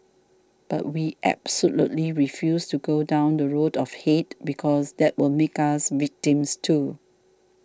but we absolutely refused to go down the road of hate because that would make us victims too